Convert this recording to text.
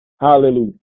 Hallelujah